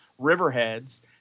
Riverheads